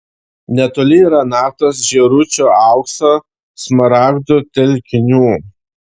netoli yra naftos žėručio aukso smaragdų telkinių